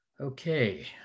Okay